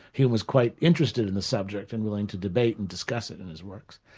hume was quite interested in the subject and willing to debate and discuss it in his works.